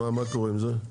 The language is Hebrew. מה קורה עם זה?